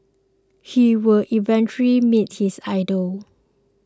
he would eventually meet his idol